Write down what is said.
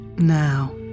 Now